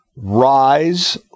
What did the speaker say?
Rise